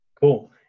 Cool